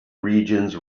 regions